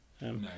No